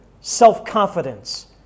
self-confidence